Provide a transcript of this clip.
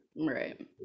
Right